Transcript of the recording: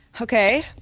okay